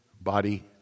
body